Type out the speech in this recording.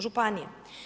Županije.